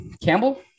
Campbell